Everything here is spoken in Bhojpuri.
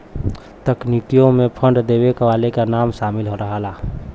तकनीकों मे फंड देवे वाले के नाम सामिल रहला